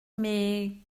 mais